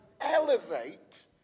elevate